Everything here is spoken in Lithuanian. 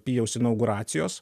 pijaus inauguracijos